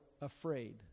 afraid